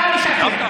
אתה משקר.